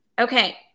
Okay